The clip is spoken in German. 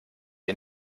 ihr